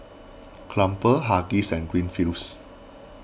Crumpler Huggies and Greenfields